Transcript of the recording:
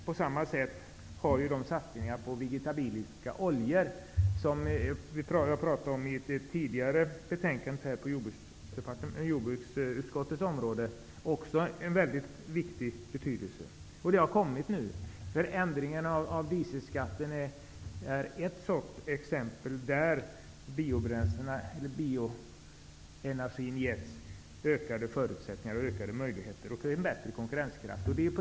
På samma sätt är satsningarna på vegetabiliska oljor -- som jag pratade om tidigare i samband med behandlingen av ett annat betänkande på jordbruksutskottets område -- mycket viktiga. Det här har kommit nu. Förändringen av dieselskatten är ett exempel på att bioenergin har getts ökade möjligheter och bättre konkurrenskraft.